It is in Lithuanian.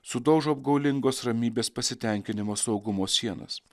sudaužo apgaulingos ramybės pasitenkinimo saugumo sienas